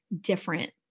different